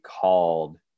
called